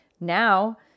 Now